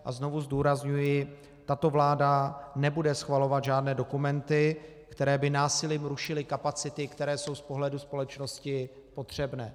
A znovu zdůrazňuji, že tato vláda nebude schvalovat žádné dokumenty, které by násilím rušily kapacity, které jsou z pohledu společnosti potřebné.